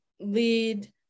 lead